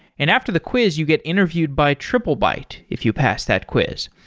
and after the quiz you get interviewed by triplebyte if you pass that quiz.